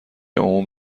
عموم